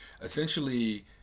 essentially